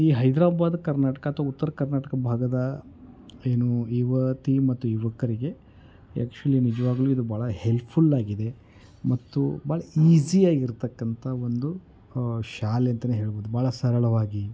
ಈ ಹೈದರಾಬಾದ್ ಕರ್ನಾಟಕ ಅಥ್ವಾ ಉತ್ತರ ಕರ್ನಾಟಕ ಭಾಗದ ಏನು ಯುವತಿ ಮತ್ತು ಯುವಕರಿಗೆ ಆ್ಯಕ್ಚುಲಿ ನಿಜವಾಗ್ಲೂ ಇದು ಭಾಳ ಹೆಲ್ಪ್ಫುಲ್ಲಾಗಿದೆ ಮತ್ತು ಭಾಳ ಈಸಿಯಾಗಿರತಕ್ಕಂಥ ಒಂದು ಶಾಲೆ ಅಂತಲೇ ಹೇಳ್ಬೋದು ಭಾಳ ಸರಳವಾಗಿ